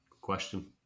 question